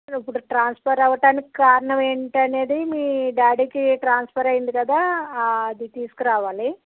ఇప్పుడు ట్రాన్స్ఫర్ అవటానికి కారణం ఏంటనేది మీ డాడీకి ట్రాన్స్ఫర్ అయింది కదా అది తీసుకురావాలి